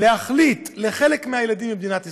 להחליט על חלק מהילדים במדינת ישראל: